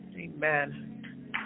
amen